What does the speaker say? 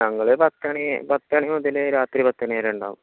ഞങ്ങൾ പത്തുമണി പത്തുമണി മുതൽ രാത്രി പത്തുമണി വരെ ഉണ്ടാകും